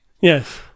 yes